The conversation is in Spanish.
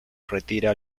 retira